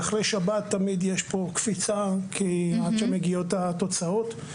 אחרי שבת תמיד יש פה קפיצה כי עד שמגיעות התוצאות.